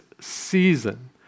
season